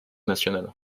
nationale